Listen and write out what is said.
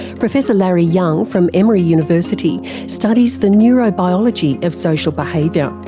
professor larry young from emory university studies the neurobiology of social behaviour,